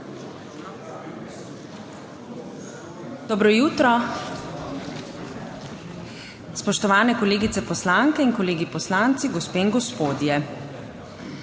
NATAŠA SUKIČ: Spoštovane kolegice poslanke in kolegi poslanci, gospe in gospodje.